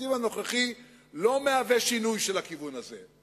והתקציב הנוכחי הוא לא שינוי של הכיוון הזה.